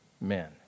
men